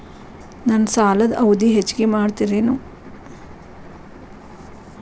ನನ್ನ ಸಾಲದ ಅವಧಿ ಹೆಚ್ಚಿಗೆ ಮಾಡ್ತಿರೇನು?